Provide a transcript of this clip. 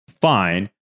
Fine